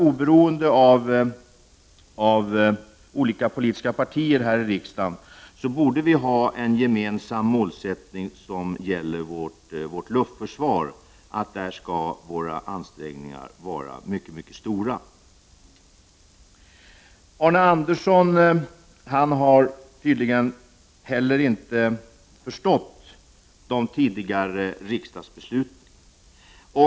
Oberoende av partifärg borde vi här i riksdagen ha en gemensam målsättning för vårt luftförsvar. Vi bör anstränga oss för att åstadkomma bästa möjliga luftförsvar. Arne Andersson i Ljung har tydligen inte förstått de tidigare riksdagsbesluten.